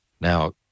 Now